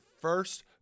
first